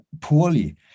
poorly